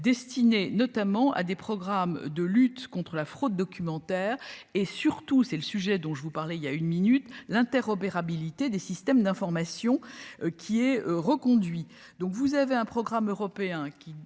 destinés notamment à des programmes de lutte contre la fraude documentaire et, surtout, c'est le sujet dont je vous parlais il y a une minute l'interopérabilité des systèmes d'information qui est reconduit,